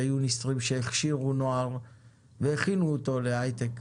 יוניסטרים שהכשירו נוער והכינו אותו להייטק.